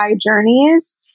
journeys